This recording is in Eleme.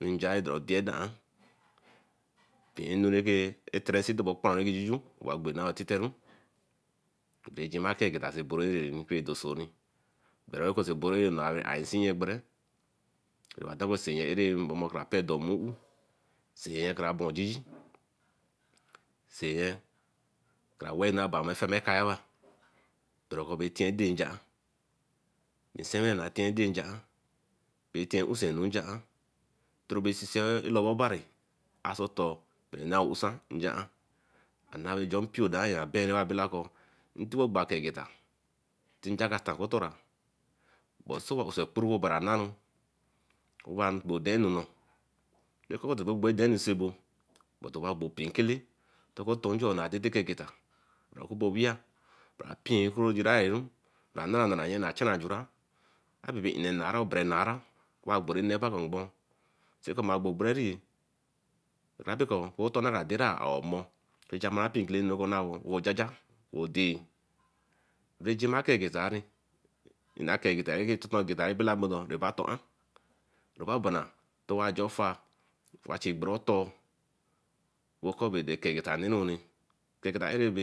Nje dey dean de an anureke trisang see de abe akpan wa gbo anu ray kay titerun ejima ka egeta bronu de sag. Breke isronu abere asenye bere arene mo kare do mo ou, se nye sara be fye se nye sara wey ban fenma kaya njah barko be tire danja nsewine sara tine danja bay tine usenu ngeaan through bain lobo obari aso otor anu asan ngean anu rejun mpio rebelakor intiwor gban ke egeta tine nja ka tan kwor otora bui so wensokpurun obari wa na ru wan kpur den memor but ima gbor pinkele tho okw otor nju ka dey kea ke-ageta okubowia brea pia gorah bah channa jurah abe nne naira bere naira wa ehu nnee bah ke ma gbo brendee kara bekor kara bay ba dey rah or mor ehu jama pinkele nnu re jaja dey rah juma sen egeta ake- egeta rah tuma ageta nor ba turra obarbanu tewa owa jar ofar, owa ehi oyo-otor wo kor egeta nnera anu arebe